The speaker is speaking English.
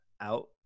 out